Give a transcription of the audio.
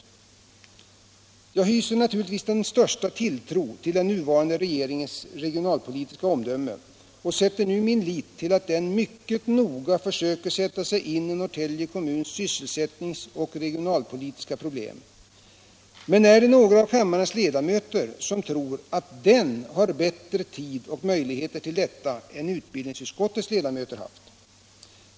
i utbildningsväsen Jag hyser naturligtvis den största tilltro till den nuvarande regeringens = det regionalpolitiska omdöme och sätter nu min lit till att den mycket noga försöker sätta sig in i Norrtälje kommuns sysselsättnings och regionalpolitiska problem. Men är det några av kammarens ledamöter som tror att den har bättre tid och möjligheter till detta än utbildningsutskottets ledamöter haft?